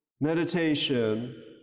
meditation